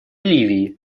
ливии